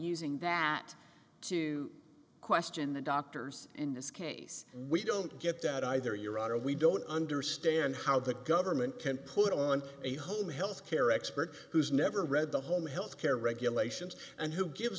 using that to question the doctors in this case we don't get that either your honor we don't understand how the government can put on a home health care expert who's never read the home health care regulations and who give